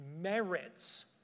merits